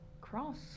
cross